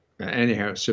anyhow